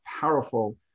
powerful